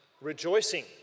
rejoicing